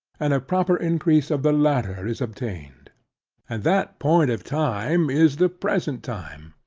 and a proper increase of the latter is obtained and that point of time is the present time.